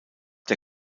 der